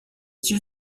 you